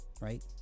right